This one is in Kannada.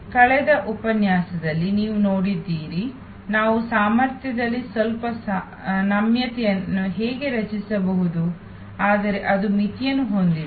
ಕಳೆದ ಉಪನ್ಯಾಸದಲ್ಲಿ ನೀವು ನೋಡಿದ್ದೀರಿ ನಾವು ಸಾಮರ್ಥ್ಯದಲ್ಲಿ ಸ್ವಲ್ಪ ನಮ್ಯತೆಯನ್ನು ಹೇಗೆ ರಚಿಸಬಹುದು ಆದರೆ ಅದು ಮಿತಿಯನ್ನು ಹೊಂದಿದೆ